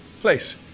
place